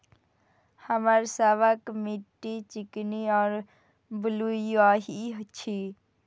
हमर सबक मिट्टी चिकनी और बलुयाही छी?